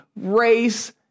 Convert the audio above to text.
Race